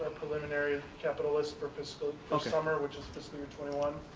preliminary ah capitalists for fiscal customer, which is fiscal year twenty one.